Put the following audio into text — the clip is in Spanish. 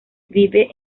vive